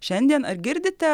šiandien ar girdite